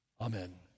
Amen